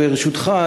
ברשותך,